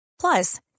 Plus